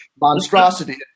monstrosity